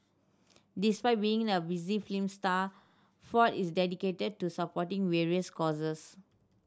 despite being a busy film star Ford is dedicated to supporting various causes